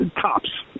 tops